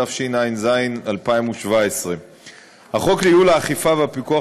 התשע"ז 2017. החוק לייעול האכיפה והפיקוח